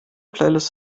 playlist